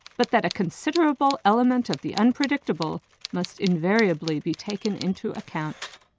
but that a considerable element of the unpredictable must invariably be taken into account.